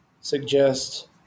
suggest